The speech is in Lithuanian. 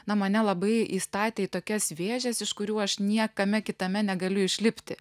na mane labai įstatė į tokias vėžes iš kurių aš niekame kitame negaliu išlipti